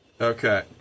Okay